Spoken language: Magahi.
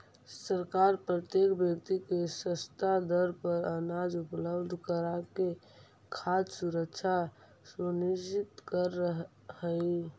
सरकार प्रत्येक व्यक्ति के सस्ता दर पर अनाज उपलब्ध कराके खाद्य सुरक्षा सुनिश्चित करऽ हइ